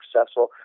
successful